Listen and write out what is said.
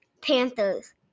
Panthers